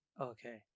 okay